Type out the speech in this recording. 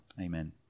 Amen